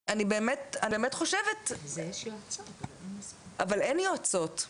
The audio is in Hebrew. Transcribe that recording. אני באמת חושבת שאין יועצות,